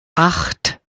acht